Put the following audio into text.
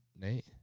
Nate